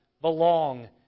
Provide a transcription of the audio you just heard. belong